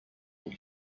will